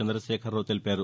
చంద్రశేఖరరావు తెలిపారు